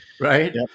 right